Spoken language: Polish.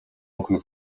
okno